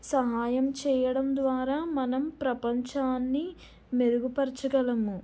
సహాయం చేయడం ద్వారా మనం ప్రపంచాన్ని మెరుగుపరచగలము